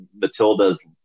Matilda's